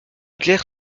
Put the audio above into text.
clair